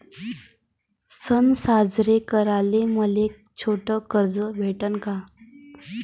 सन साजरे कराले मले छोट कर्ज भेटन का?